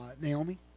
Naomi